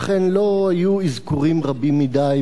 ולכן לא היו באותו ערב אזכורים רבים מדי